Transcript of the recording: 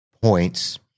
points